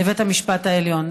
לבית המשפט העליון.